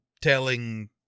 telling